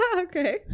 okay